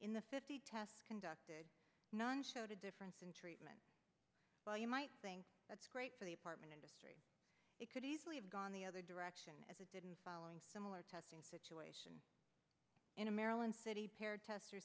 in the fifty test conducted a difference in treatment well you might think that's great for the apartment industry it could easily have gone the other direction as a didn't following similar testing situation in a maryland city paired test are